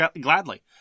gladly